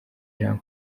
jean